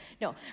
No